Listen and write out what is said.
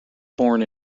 born